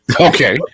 Okay